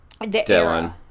Dylan